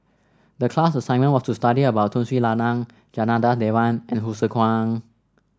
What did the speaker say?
the class assignment was to study about Tun Sri Lanang Janada Devans and Hsu Tse Kwang